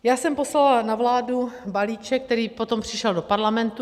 Já jsem poslala na vládu balíček, který potom přišel do Parlamentu.